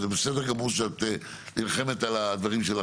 זה בסדר גמור שאת נלחמת על הדברים שלך,